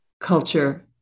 culture